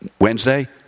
Wednesday